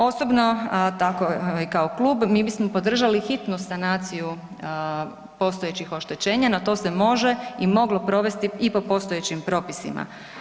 Osobno, tako i kao klub, mi bismo podržali hitnu sanaciju postojećih oštećenja, na to se može i moglo provesti i po postojećim propisima.